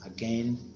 Again